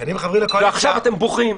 ועכשיו אתם בוכים.